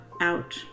out